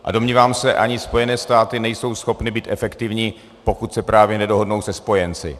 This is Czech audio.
A domnívám se, ani Spojené státy nejsou schopny být efektivní, pokud se právě nedohodnou se spojenci.